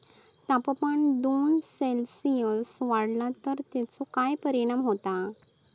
तापमान दोन सेल्सिअस वाढला तर तेचो काय परिणाम होता?